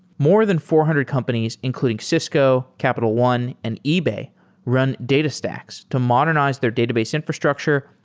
more than four hundred companies including cisco, capital one, and ebay run datastax to modernize their database infrastructure,